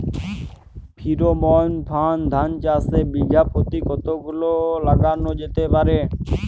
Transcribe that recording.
Pheromone ফাঁদ ধান চাষে বিঘা পতি কতগুলো লাগানো যেতে পারে?